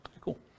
Cool